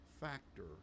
factor